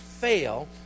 fail